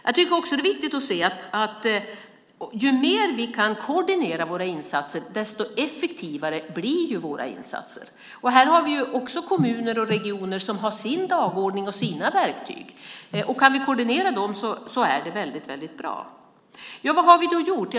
Jag tycker också att det är viktigt att säga att ju mer vi kan koordinera våra insatser desto effektivare blir de. Här har vi också kommuner och regioner som har sin dagordning och sina verktyg. Kan vi koordinera dem är det väldigt bra. Vad har vi då gjort?